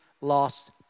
lost